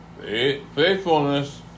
faithfulness